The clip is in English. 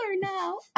now